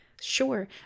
sure